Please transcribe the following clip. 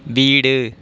வீடு